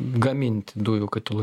gaminti dujų katilų